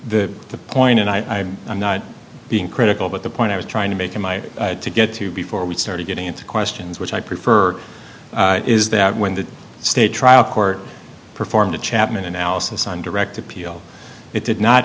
honor the point and i'm i'm not being critical but the point i was trying to make in my to get to before we started getting into questions which i prefer is that when the state trial court performed a chapman analysis on direct appeal it did not